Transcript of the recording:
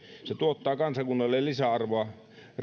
tuottaa kansakunnalle lisäarvoa